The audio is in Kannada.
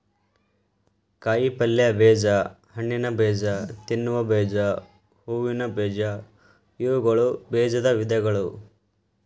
ಕಾಯಿಪಲ್ಯ ಬೇಜ, ಹಣ್ಣಿನಬೇಜ, ತಿನ್ನುವ ಬೇಜ, ಹೂವಿನ ಬೇಜ ಇವುಗಳು ಬೇಜದ ವಿಧಗಳು